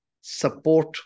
support